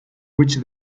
which